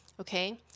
okay